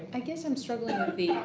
i guess i'm struggling of the.